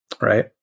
right